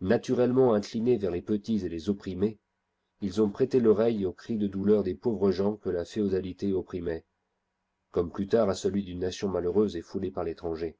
naturellement inclinés vers les petits et les opprimés ils ont prêté l'oreille au cri de douleur des pauvres gens que la féodalité opprimait comme plus tard à celui d'une nation malheureuse et foulée par l'étranger